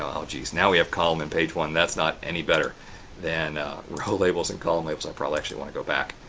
oh jeez, now i have column in page one and that's not any better than row labels and column labels. i probably actually wanna go back.